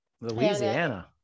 Louisiana